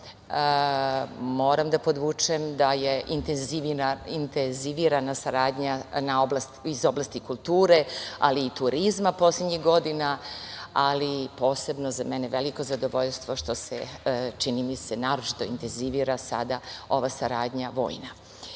da podvučem da je intenzivirana saradnja iz oblasti kulture, ali i turizma poslednjih godina. Ali, posebno je za mene veliko zadovoljstvo što se, čini mi se, naročito intenzivira sada ova vojna